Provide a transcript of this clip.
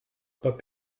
pas